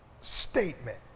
statement